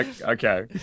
Okay